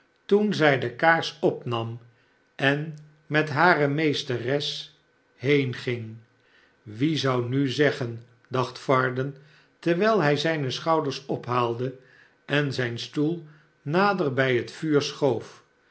toen zij de kaars opnam en met hare meesteres heenging wie zou nu zeggen dacht varden terwijl hij zijne schouders ophaalde en zijn stoel nader bij het vuur schoof